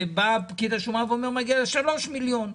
אבל אז בא פקיד השומה ואומר שזה צריך להיות שלושה מיליון.